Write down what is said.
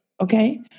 Okay